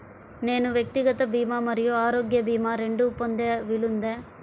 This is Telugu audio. నేను వ్యక్తిగత భీమా మరియు ఆరోగ్య భీమా రెండు పొందే వీలుందా?